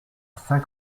saint